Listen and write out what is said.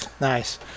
nice